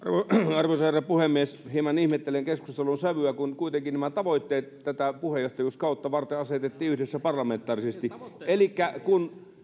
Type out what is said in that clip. arvoisa herra puhemies hieman ihmettelen keskustelun sävyä kun kuitenkin nämä tavoitteet tätä puheenjohtajuuskautta varten asetettiin yhdessä parlamentaarisesti elikkä kun